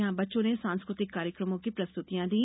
यहां बच्चों ने संस्कृतिक कार्यक्रमों की प्रस्तृतियां दी